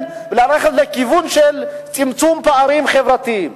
וללכת לכיוון של צמצום פערים חברתיים,